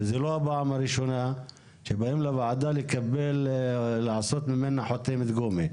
וזה לא הפעם הראשונה שבאים לוועדה לעשות ממנה חותמת גומי.